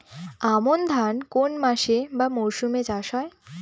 আমন ধান কোন মাসে বা মরশুমে চাষ হয়?